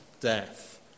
death